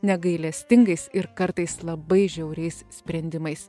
negailestingais ir kartais labai žiauriais sprendimais